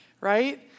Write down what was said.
right